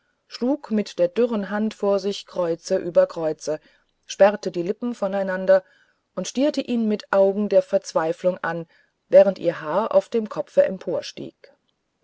schlug mit der dürren hand vor sich kreuze über kreuze sperrte die lippen voneinander und stierte ihn mit augen der verzweiflung an während ihr haar auf dem kopfe